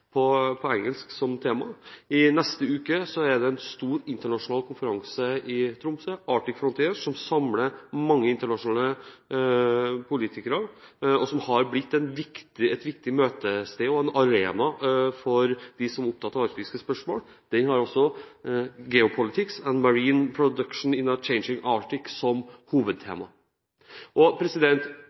på Island framtidens arktiske samarbeid – «arctic governance» – som tema. I neste uke er det en stor internasjonal konferanse i Tromsø, Arctic Frontiers, som samler mange internasjonale politikere, og som har blitt et viktig møtested og en arena for dem som er opptatt av arktiske spørsmål. Den har «Geopolitics & Marine Production in a Changing Artic» som hovedtema.